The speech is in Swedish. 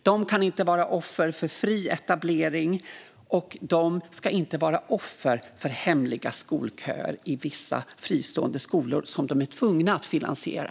De ska inte vara offer för fri etablering, och de ska inte vara offer för hemliga skolköer i vissa fristående skolor som de är tvungna att finansiera.